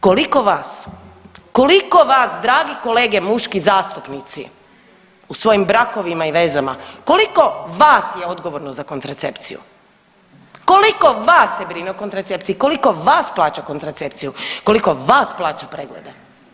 Koliko vas, koliko vas dragi kolege muški zastupnici u svojim brakovima i vezama, koliko vas je odgovorno za kontracepciju, koliko vas se brine o kontracepciji, koliko vas plaća kontracepciju, koliko vas plaća preglede?